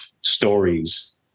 stories